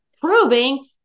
proving